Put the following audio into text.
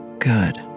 Good